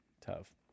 tough